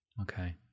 Okay